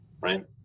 Right